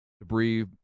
debris